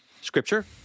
Scripture